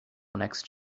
next